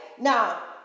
now